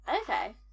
Okay